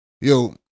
yo